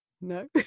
no